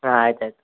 ಹಾಂ ಆಯ್ತು ಆಯ್ತು